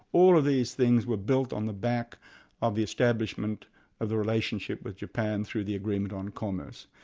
all of these things were built on the back of the establishment of the relationship with japan through the agreement on commerce.